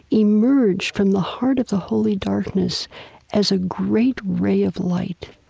emerged from the heart of the holy darkness as a great ray of light.